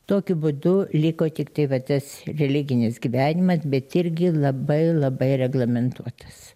tokiu būdu liko tiktai va tas religinis gyvenimas bet irgi labai labai reglamentuotas